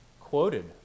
quoted